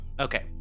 Okay